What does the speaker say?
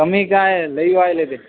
कमी काय लय वायले तेे